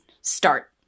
start